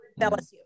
LSU